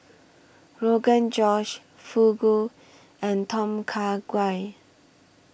Rogan Josh Fugu and Tom Kha Gai